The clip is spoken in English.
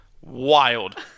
Wild